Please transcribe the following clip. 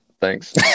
Thanks